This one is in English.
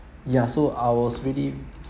ya so I was really